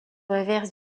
inverse